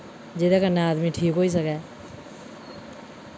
जेह्दे कन्नै आदमी ठीक होई सकै